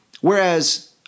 whereas